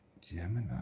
Gemini